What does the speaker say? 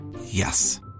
Yes